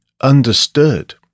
understood